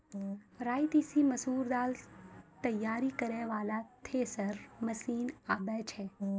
राई तीसी मसूर फसल तैयारी करै वाला थेसर मसीन आबै छै?